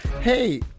Hey